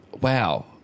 Wow